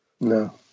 No